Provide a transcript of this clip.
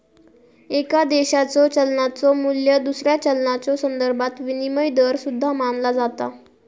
एका देशाच्यो चलनाचो मू्ल्य दुसऱ्या चलनाच्यो संदर्भात विनिमय दर सुद्धा मानला जाता